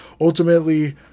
ultimately